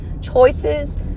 choices